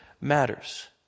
matters